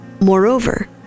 Moreover